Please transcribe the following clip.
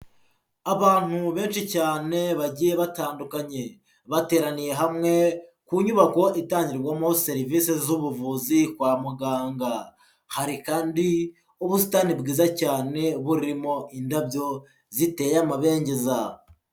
Abantu benshi cyane bagiye batandukanye. Bateraniye hamwe ku nyubako itangirwamo serivise z'buvuzi kwa muganga. Hari kandi ubusitani bwiza cyane, burimo indabyo ziteye amabengeza.